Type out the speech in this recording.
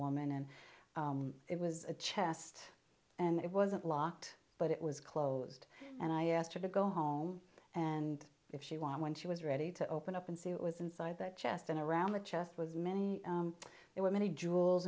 woman and it was a chest and it wasn't locked but it was closed and i asked her to go home and if she won when she was ready to open up and see what was inside that chest and around the chest was many there were many j